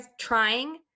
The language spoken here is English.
trying